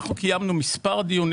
אנחנו קיימנו מספר דיונים.